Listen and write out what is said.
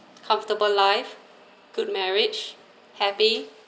comfortable life good marriage happy